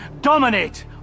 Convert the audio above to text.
dominate